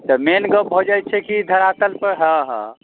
तऽ मेन गप भऽ जाइ छै की धरातल पर हँ हँ